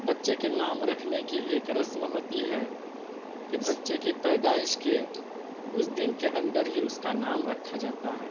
بچے کے نام رکھنے کی ایک رسم ہوتی ہے کہ بچے کی پیدائش کے کچھ دن کے اندر ہی اس کا نام رکھا جاتا ہے